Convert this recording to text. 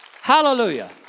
Hallelujah